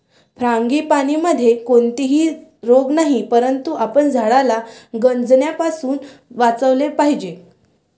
फ्रांगीपानीमध्ये कोणताही रोग नाही, परंतु आपण झाडाला गंजण्यापासून वाचवले पाहिजे